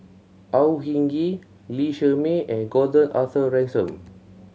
Au Hing Yee Lee Shermay and Gordon Arthur Ransome